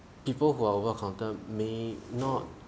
people who are over counter may not